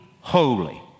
holy